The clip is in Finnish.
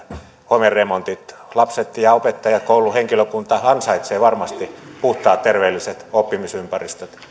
homeremontit lapset opettajat koulun henkilökunta ansaitsevat varmasti puhtaat terveelliset oppimisympäristöt